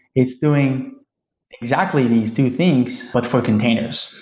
it's doing exactly these two things, but for containers.